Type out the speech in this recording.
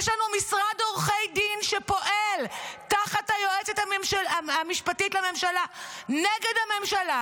יש לנו משרד עורכי דין שפועל תחת היועצת המשפטית לממשלה נגד הממשלה,